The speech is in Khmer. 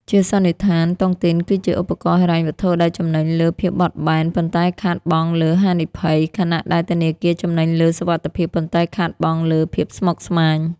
ជាសន្និដ្ឋាន តុងទីនគឺជាឧបករណ៍ហិរញ្ញវត្ថុដែលចំណេញលើ "ភាពបត់បែន" ប៉ុន្តែខាតបង់លើ "ហានិភ័យ" ខណៈដែលធនាគារចំណេញលើ "សុវត្ថិភាព" ប៉ុន្តែខាតបង់លើ "ភាពស្មុគស្មាញ"។